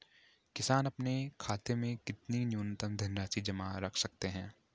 किसान अपने खाते में कितनी न्यूनतम धनराशि जमा रख सकते हैं?